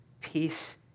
Peace